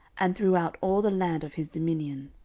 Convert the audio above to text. and throughout all the land of his dominion.